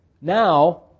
Now